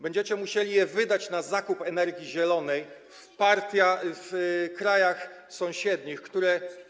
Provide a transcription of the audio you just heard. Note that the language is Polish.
Będziecie musieli je wydać na zakup energii zielonej w krajach sąsiednich, które.